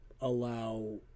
allow